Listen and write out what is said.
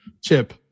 Chip